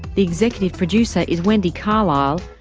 the executive producer is wendy carlisle,